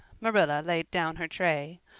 marilla laid down her tray.